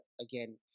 again